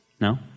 No